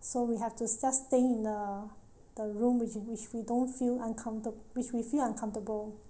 so we have to just stay in the the room which which we don't feel uncomforta~ which we feel uncomfortable